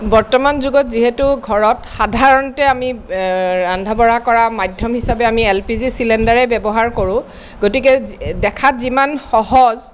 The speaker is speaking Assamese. বৰ্তমান যুগত যিহেতু ঘৰত সাধাৰণতে আমি ৰন্ধা বঢ়া কৰাৰ মাধ্যম হিচাপে আমি এল পি জি চিলিণ্ডাৰেই ব্যৱহাৰ কৰোঁ গতিকে দেখাত যিমান সহজ